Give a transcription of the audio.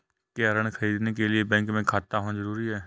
क्या ऋण ख़रीदने के लिए बैंक में खाता होना जरूरी है?